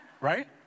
right